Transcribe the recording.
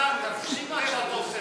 תקשיב מה שאתה עושה,